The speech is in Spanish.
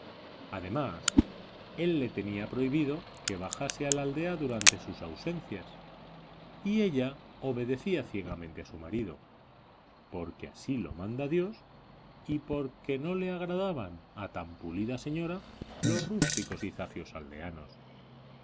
además él le tenía prohibido que bajase a la aldea durante sus ausencias y ella obedecía ciegamente a su marido porque así lo manda dios y porque no le agradaban a tan pulida señora los rústicos y zafios aldeanos